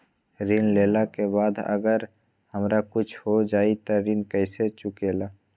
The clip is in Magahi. ऋण लेला के बाद अगर हमरा कुछ हो जाइ त ऋण कैसे चुकेला?